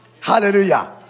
Hallelujah